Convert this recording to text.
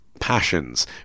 Passions